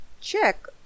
Check